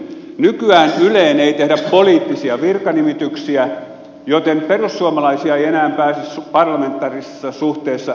nykyään yleen ei tehdä poliittisia virkanimityksiä joten perussuomalaisia ei enää pääse parlamentaarisessa suhteessa yleen